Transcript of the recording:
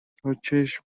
تاچشم